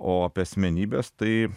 o apie asmenybes tai